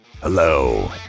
Hello